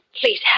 Please